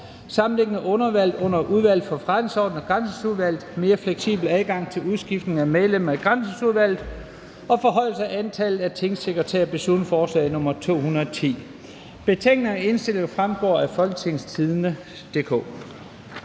(Sammenlægning af Underudvalget under Udvalget for Forretningsordenen og Granskningsudvalget, mere fleksibel adgang til udskiftning af medlemmer i Granskningsudvalget og forhøjelse af antallet af tingsekretærer)]. (Beslutningsforslag nr. B 210). Betænkninger og indstillinger fremgår af www.folketingstidende.dk.